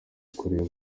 ukureba